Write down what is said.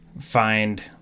find